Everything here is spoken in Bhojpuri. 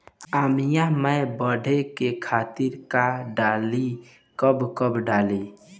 आमिया मैं बढ़े के खातिर का डाली कब कब डाली?